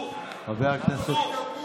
חבר הכנסת,